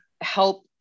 help